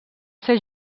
ser